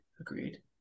agreed